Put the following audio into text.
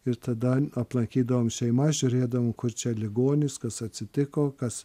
ir tada aplankydavom šeimas žiūrėdavom kur čia ligonis kas atsitiko kas